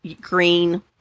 green